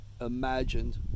imagined